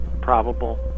probable